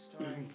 story